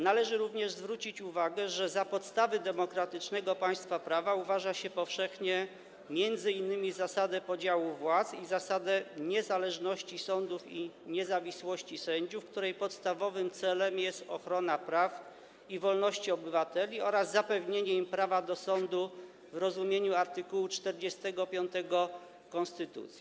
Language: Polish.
Należy również zwrócić uwagę, że za podstawy demokratycznego państwa prawa uważa się powszechnie m.in. zasadę podziału władz i zasadę niezależności sądów i niezawisłości sędziów, której podstawowym celem jest ochrona praw i wolności obywateli oraz zapewnienie im prawa do sądu w rozumieniu art. 45 konstytucji.